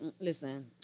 Listen